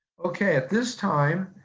okay, at this time,